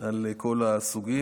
על כל הסוגים,